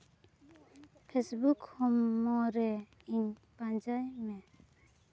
Facebook ᱦᱚᱢᱚᱨᱮ ᱤᱧ ᱯᱟᱸᱡᱟᱭ ᱢᱮ